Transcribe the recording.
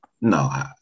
no